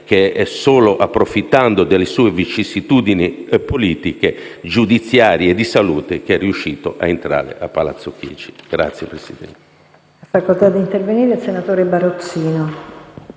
che è solo approfittando delle sue vicissitudini politiche, giudiziarie e di salute che è riuscito a entrare a Palazzo Chigi.